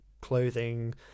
clothing